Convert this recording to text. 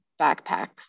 backpacks